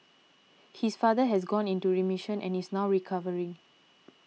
his father has gone into remission and is now recovering